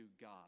God